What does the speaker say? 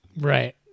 Right